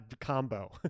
combo